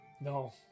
No